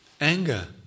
anger